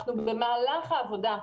במהלך העבודה,